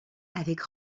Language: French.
avec